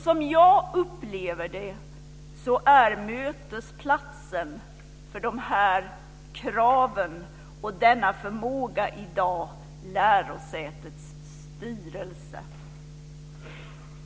Som jag upplever det är mötesplatsen för de här kraven och denna förmåga i dag lärosätets styrelse.